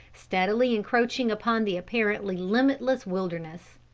steadily encroaching upon the apparently limitless wilderness.